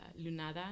Lunada